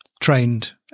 trained